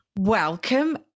Welcome